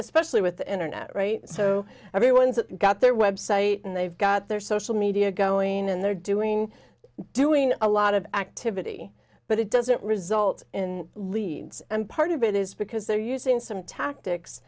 especially with the internet right so everyone's got their website and they've got their social media going and they're doing doing a lot of activity but it doesn't result in leads and part of it is because they're using some tactics